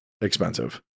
expensive